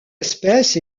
espèce